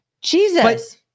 Jesus